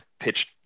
pitched